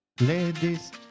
Ladies